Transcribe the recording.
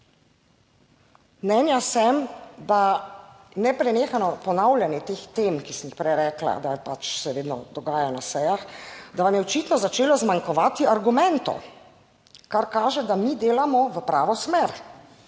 Mnenja sem, da neprenehno ponavljanje teh tem, ki sem jih prej rekla, da pač se vedno dogaja na sejah, da vam je očitno začelo zmanjkovati argumentov, kar kaže, da mi delamo v pravo smer,